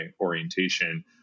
orientation